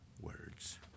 words